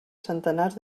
centenars